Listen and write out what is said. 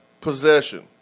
possession